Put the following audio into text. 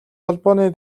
холбооны